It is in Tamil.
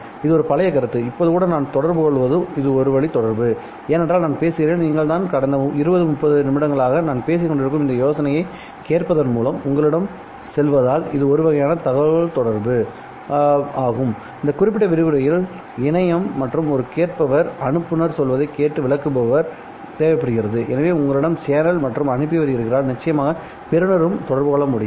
இது ஒரு பழைய கருத்து இப்போது கூட நான் தொடர்புகொள்வது இது ஒரு வழி தொடர்பு ஏனென்றால் நான் பேசுகிறேன் நீங்கள் தான் கடந்த 20 30 நிமிடங்களாக நான் பேசிக்கொண்டிருக்கும் எனது யோசனைகளைக் கேட்பதன் மூலம் உங்களிடம் செல்வதால் இது ஒரு வகையான தகவல்தொடர்பு ஆகும்இந்த குறிப்பிட்ட விரிவுரைத் தொடரில் இணையம் மற்றும் ஒரு கேட்பவர் அனுப்புநர் சொல்வதைக் கேட்டு விளக்குபவர் தேவைப்படுகிறது எனவே உங்களிடம் சேனல் மற்றும் அனுப்பியவர் இருக்கிறார் நிச்சயமாக பெறுநரும் தொடர்பு கொள்ள முடியும்